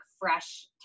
fresh